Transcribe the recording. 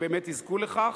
הן באמת יזכו לכך.